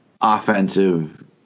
offensive